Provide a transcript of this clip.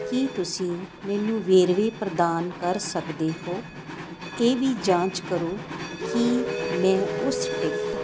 ਕੀ ਤੁਸੀਂ ਮੈਨੂੰ ਵੇਰਵੇ ਪ੍ਰਦਾਨ ਕਰ ਸਕਦੇ ਹੋ ਇਹ ਵੀ ਜਾਂਚ ਕਰੋ ਕਿ ਮੈਂ ਉਸ ਟਿਕਟ